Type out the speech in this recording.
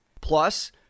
Plus